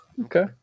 Okay